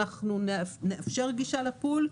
אנחנו נאפשר גישה לפול.